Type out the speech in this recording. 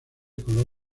color